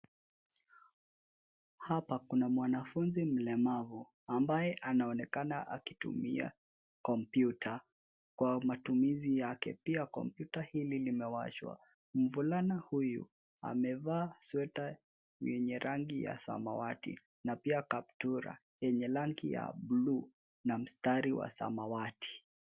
Hapa kuna mwanafunzi mlemavu ambaye anaonekana akitumia kompyuta kwa matumizi yake. Pia kompyuta hili limewashwa. Mvulana huyu amevaa sweta yenye rangi ya samawati na pia kaptura yenye rangi ya buluu na mstari wa samawati.